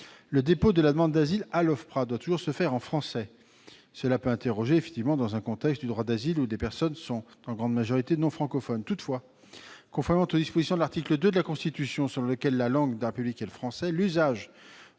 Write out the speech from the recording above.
le dépôt de la demande d'asile à l'OFPRA doit toujours se faire en français. Cela peut interroger, dans le contexte du droit d'asile où les personnes sont en grande majorité non francophones. Toutefois, conformément à l'article 2 de la Constitution selon lequel « la langue de la République est le français », l'usage